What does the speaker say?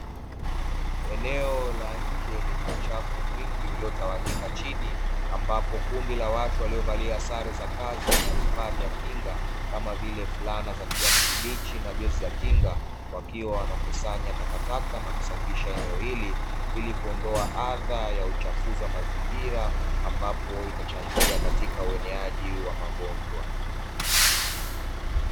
Eneo la nje lenye uchafu mwingi uliotawanyika chini ambapo kundi la watu waliovalia sare za kazi na vifaa vya kinga kama vile fulana za kijani kibichi na jezi za kinga, wakiwa wanakusanya takataka na kusafisha eneo hili ili kuondoa adha ya uchafuzi wa mazingira ambapo itachangia katika ueneaji wa magonjwa.